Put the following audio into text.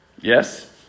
Yes